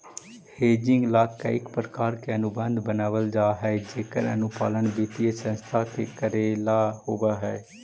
hedging ला कईक प्रकार के अनुबंध बनवल जा हई जेकर अनुपालन वित्तीय संस्था के कऽरेला होवऽ हई